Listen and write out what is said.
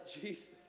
Jesus